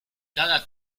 cada